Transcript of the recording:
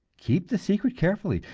keep the secret carefully,